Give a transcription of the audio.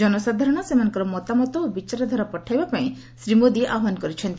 ଜନସାଧାରଣ ସେମାନଙ୍କର ମତାମତ ଓ ବିଚାରଧାରା ପଠାଇବାପାଇଁ ଶ୍ରୀ ମୋଦି ଆହ୍ୱାନ କରିଛନ୍ତି